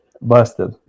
Busted